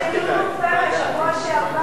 יש דיון, שבוע שעבר.